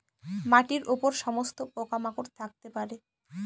মাটির উপর সমস্ত পোকা মাকড় থাকতে পারে